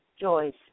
Joyce